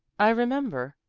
i remember.